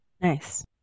Nice